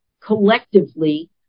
collectively